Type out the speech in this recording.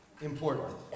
important